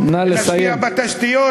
נשקיע בתשתיות,